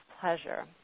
pleasure